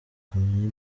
kamonyi